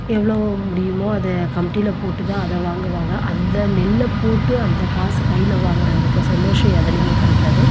எவ்வளோ முடியுமோ அதை கமிட்டில போட்டுதான் அதை வாங்குவாங்க அந்த நெல்லை போட்டு அந்த காசு கையில வாங்குகிற இருக்கிற சந்தோஷம் எதிலையுமே கிடைக்காது